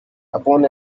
upon